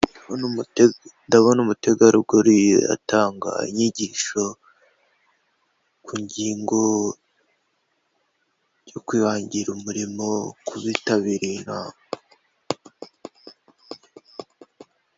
Ndabona umutegarugori atanga inyigisho ku ngingo yo kwihangira umurimo kubitabiriye inama.